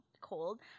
cold